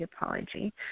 apology